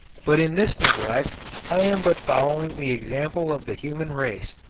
but in this neglect i am but following the example of the human race,